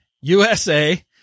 USA